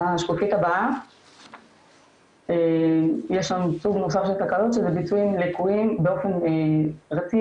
בשקופית הבאה יש לנו סוג נוסף של תקלות שזה ביצועים לקויים באופן רציף,